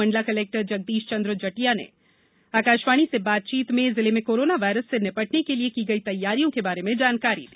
Mandla collector Jagdish Chandra Jatiya ने आकाशवाणी से बातचीत में जिले में कोरोना वायरस से निपटने से की गई तैयारियों के बारे में जानकारी दी